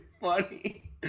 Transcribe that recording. funny